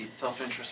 self-interest